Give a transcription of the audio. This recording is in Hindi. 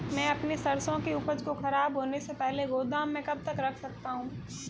मैं अपनी सरसों की उपज को खराब होने से पहले गोदाम में कब तक रख सकता हूँ?